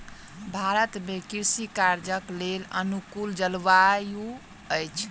भारत में कृषि कार्यक लेल अनुकूल जलवायु अछि